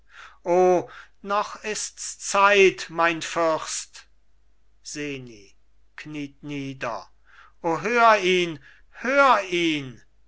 noch ists zeit mein fürst seni kniet nieder o hör ihn hör ihn